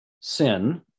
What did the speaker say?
sin